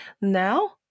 Now